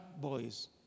boys